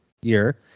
year